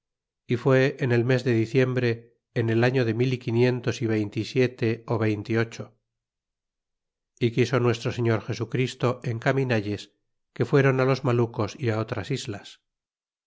y fué en el mes de diciembre en el año de mil y quinientos y veinte y siete ó veinte y ocho y quiso nuestro señor jesu christo encaminalles que fuéron á los malucos é á otras islas